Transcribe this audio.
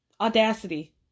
Audacity